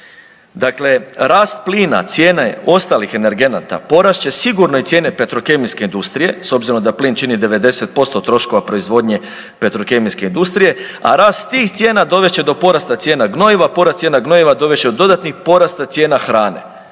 Dakle, rast plina i cijene ostalih energenata, porast će sigurno i cijene petrokemijske industrije, s obzirom da plin čini 90% troškova proizvodnje petrokemijske industrije, a rast tih cijena dovest će do porasta cijena gnojiva, porast cijena gnojiva dovest će do dodatnih porasta cijena hrane